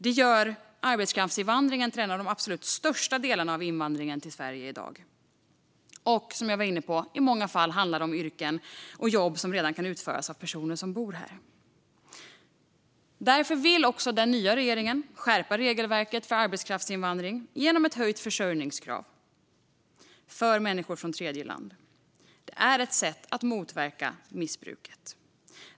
Det gör arbetskraftsinvandringen till den absolut största delen av invandringen till Sverige i dag. Och som jag var inne på handlar det i många fall om yrken och jobb som redan kan utföras av personer som bor här. Därför vill också den nya regeringen skärpa regelverket för arbetskraftsinvandring genom ett höjt försörjningskrav för människor från tredjeland. Det är ett sätt att motverka missbruket.